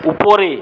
উপরে